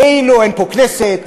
כאילו אין פה כנסת,